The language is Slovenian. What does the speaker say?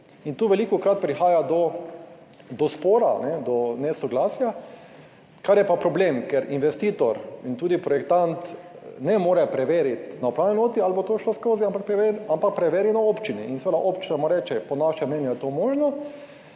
in tu velikokrat prihaja do spora, do nesoglasja, kar je pa problem, ker investitor in tudi projektant ne more preveriti na upravni enoti ali bo to šlo skozi, ampak preveri, ampak preveri na občini in seveda občina mu reče, po našem mnenju je to možno,